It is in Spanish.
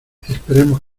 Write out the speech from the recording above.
esperemos